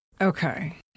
Okay